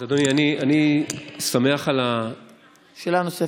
אז אדוני, אני שמח, שאלה נוספת.